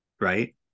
right